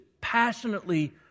passionately